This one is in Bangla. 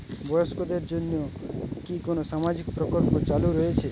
বয়স্কদের জন্য কি কোন সামাজিক প্রকল্প চালু রয়েছে?